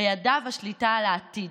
בידיו השליטה על העתיד,